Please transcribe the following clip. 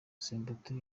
samputu